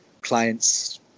clients